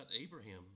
Abraham